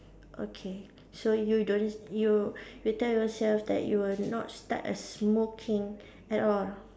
okay so you don't you you tell yourself that you would not start a smoking at all